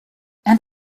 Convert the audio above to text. and